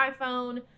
iPhone